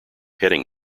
heading